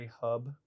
hub